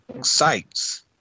sites